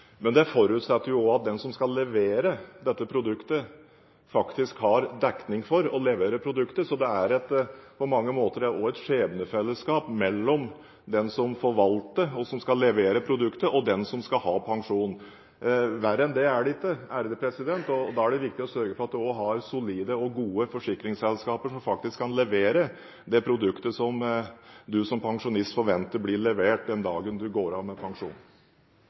men det forutsetter at den som skal levere dette produktet, faktisk har dekning for å levere produktet. Så det er på mange måter et skjebnefellesskap mellom den som forvalter, og som skal levere produktet, og den som skal ha pensjonen. Verre enn det er det ikke. Da er det viktig å sørge for at man også har solide og gode forsikringsselskaper som faktisk kan levere det produktet som du som pensjonist forventer blir levert den dagen du går av med pensjon.